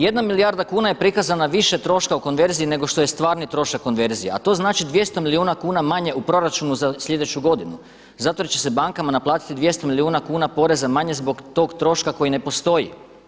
Jedna milijarda kuna je prikazana više troška u konverziji nego što je stvarni trošak konverzije, a to znači 200 milijuna kuna manje u proračunu za sljedeću godinu, zato jer će se bankama naplatiti 200 milijuna kuna poreza manje zbog tog troška koji ne postoji.